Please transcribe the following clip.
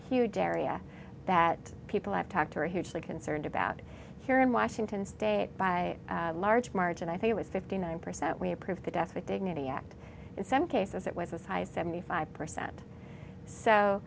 area that people i've talked to are hugely concerned about here in washington state by a large margin i think it was fifty nine percent we approve of the death with dignity act in some cases it was as high as seventy five percent so